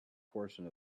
portion